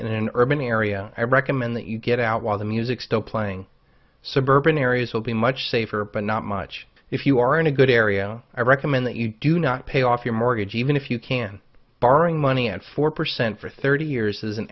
in an urban area i recommend that you get out while the music still playing suburban areas will be much safer but not much if you are in a good area i recommend that you do not pay off your mortgage even if you can borrowing money at four percent for thirty years is an